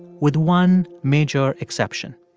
with one major exception.